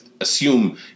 assume